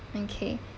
okay